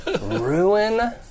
Ruin